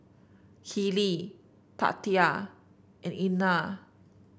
Kelli Tatia and Einar